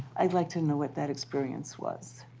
i'd like to know what that experience was.